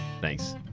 Thanks